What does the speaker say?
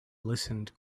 listened